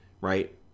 right